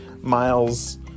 Miles